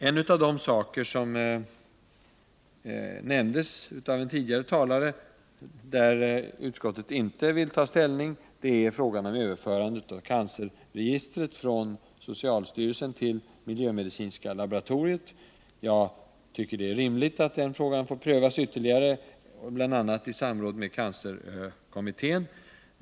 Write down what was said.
En fråga som utskottet inte vill ta ställning till, och som en tidigare talare berörde, gäller överförandet av cancerregistret från socialstyrelsen till miljömedicinska laboratoriet. Jag tycker att det är rimligt att den frågan får prövas ytterligare, bl.a. i samråd med cancerkommittén.